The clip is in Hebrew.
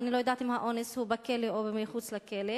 אני לא יודעת אם האונס הוא בכלא או מחוץ לכלא.